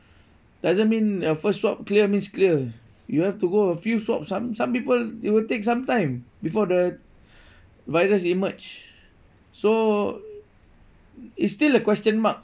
doesn't mean a first swab clear means clear you have to go a few swab some some people it will take some time before the virus emerge so it's still a question mark